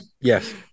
Yes